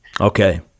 Okay